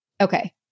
okay